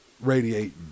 radiating